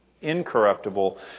incorruptible